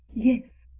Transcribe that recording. yes,